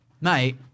mate